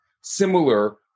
similar